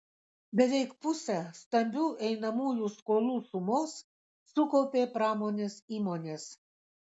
beveik pusę stambių einamųjų skolų sumos sukaupė pramonės įmonės